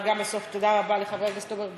אבל גם בסוף: תודה רבה לחבר הכנסת עמר בר-לב.